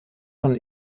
von